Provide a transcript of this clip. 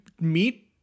meet